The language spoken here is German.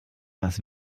was